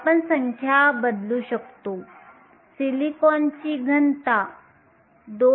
आपण संख्या बदलू शकतो सिलिकॉनची घनता 2